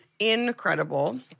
Incredible